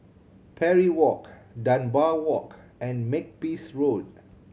Parry Walk Dunbar Walk and Makepeace Road